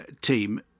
team